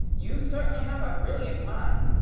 you certainly have a brilliant mind.